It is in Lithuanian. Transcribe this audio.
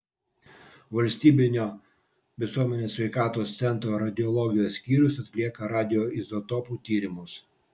valstybinio visuomenės sveikatos centro radiologijos skyrius atlieka radioizotopų tyrimus